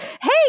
hey